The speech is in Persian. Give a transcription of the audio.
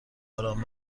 آرام